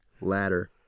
ladder